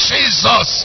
Jesus